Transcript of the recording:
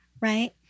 right